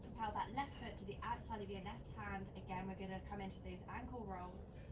that left foot to the outside of your left hand. again, we're gonna come into these ankle rolls.